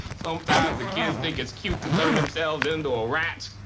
sometimes the kids think it's cute to turn themselves into a rat,